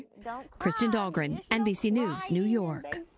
but kristin dahlgren, nbc news, new york.